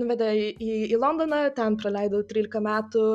nuvedė į į į londoną ten praleidau tryliką metų